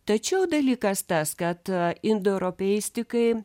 tačiau dalykas tas kad indoeuropeistikai